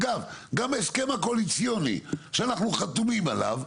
אגב גם בהסכם הקואליציוני שאנחנו חתומים עליו,